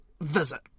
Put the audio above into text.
visit